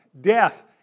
death